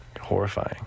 horrifying